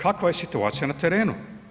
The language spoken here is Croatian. Kakva je situacija na terenu?